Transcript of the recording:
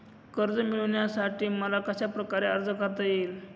कर्ज मिळविण्यासाठी मला कशाप्रकारे अर्ज करता येईल?